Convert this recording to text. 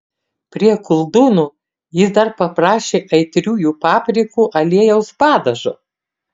prie koldūnų jis dar paprašė aitriųjų paprikų aliejaus padažo